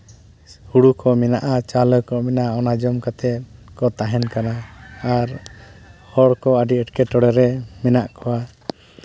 ᱦᱩᱲᱩ ᱠᱚ ᱢᱮᱱᱟᱜᱼᱟ ᱪᱟᱣᱞᱮ ᱠᱚ ᱢᱮᱱᱟᱜᱼᱟ ᱚᱱᱟ ᱡᱚᱢ ᱠᱟᱛᱮᱫ ᱠᱚ ᱛᱟᱦᱮᱱ ᱠᱟᱱᱟ ᱟᱨ ᱦᱚᱲᱠᱚ ᱟᱹᱰᱤ ᱮᱸᱴᱠᱮᱴᱚᱬᱮ ᱨᱮ ᱢᱮᱱᱟᱜ ᱠᱚᱣᱟ